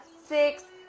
six